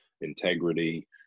integrity